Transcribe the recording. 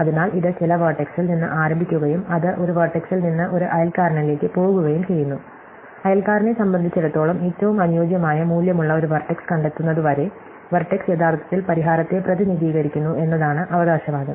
അതിനാൽ ഇത് ചില വെർടെക്സിൽ നിന്ന് ആരംഭിക്കുകയും അത് ഒരു വെർടെക്സിൽ നിന്ന് ഒരു അയൽക്കാരനിലേക്ക് പോകുകയും ചെയ്യുന്നു അയൽക്കാരനെ സംബന്ധിച്ചിടത്തോളം ഏറ്റവും അനുയോജ്യമായ മൂല്യമുള്ള ഒരു വെർടെക്സ് കണ്ടെത്തുന്നതുവരെ വെർടെക്സ് യഥാർത്ഥത്തിൽ പരിഹാരത്തെ പ്രതിനിധീകരിക്കുന്നു എന്നതാണ് അവകാശവാദം